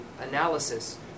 analysis